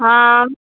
हँ